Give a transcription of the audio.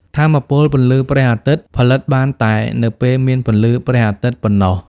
ថាមពលពន្លឺព្រះអាទិត្យផលិតបានតែនៅពេលមានពន្លឺព្រះអាទិត្យប៉ុណ្ណោះ។